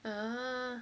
a